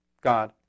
God